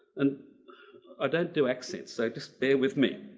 and i don't do accents, so just bear with me.